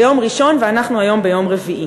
ביום ראשון, ואנחנו היום ביום רביעי.